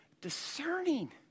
discerning